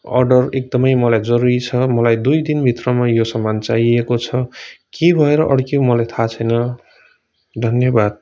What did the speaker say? order एकदमै मलाई जरुरी छ मलाई दुई दिन भित्रमा यो सामान चाहिएको छ के भएर अड्कियो मलाई थाहा छैन धन्यवाद